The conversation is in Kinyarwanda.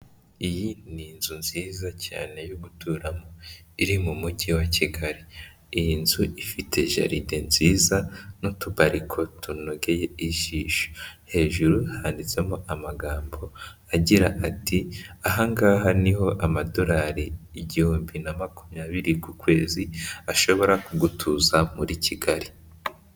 Iyi ni inzu nziza cyane yo guturamo iri mu Mujyi wa Kigali. Iyi nzu ifite jaride nziza n'utubariko tunogeye ijisho, hejuru handitsemo amagambo agira ati: "Aha ngaha ni ho amadolari igihumbi na makumyabiri ku kwezi, ashobora kugutuza muri Kigali".